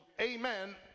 amen